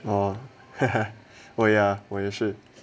orh oh ya 我也是